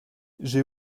j’ai